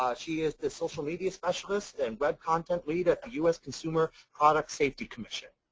ah she is the social media specialist and web content lead at the u s. consumer product safety commission.